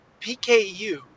PKU